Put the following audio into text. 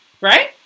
Right